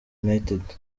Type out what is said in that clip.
united